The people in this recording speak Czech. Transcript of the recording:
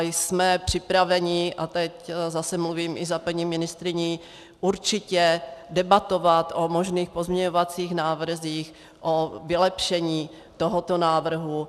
Jsme připraveni, a teď mluvím zase i za paní ministryni, určitě debatovat o možných pozměňovacích návrzích, o vylepšení tohoto návrhu.